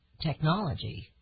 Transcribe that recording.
technology